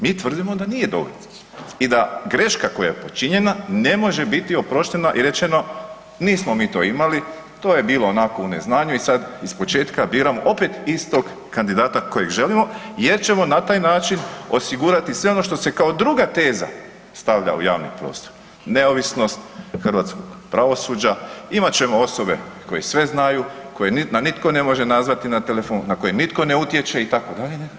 Mi tvrdimo da nije dovoljno i da greška koja je počinjena ne može bit oproštena i rečeno, nismo mi to imali, to je bilo, onako, u neznanju i sad ispočetka biramo opet istog kandidata kojeg želimo jer ćemo na taj način osigurati sve ono što se kao druga teza stavlja u javni prostor, neovisnost hrvatskog pravosuđa, imat ćemo osobe koje sve znaju, koje na nitko ne može nazvati na telefon, na koji nitko ne utječe, itd.